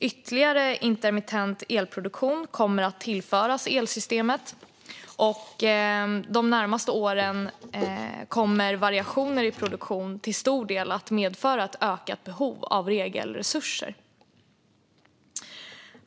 Ytterligare intermittent elproduktion kommer att tillföras elsystemet, och de närmaste åren kommer variationer i produktion till stor del att medföra ett ökat behov av reglerresurser.